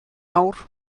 awr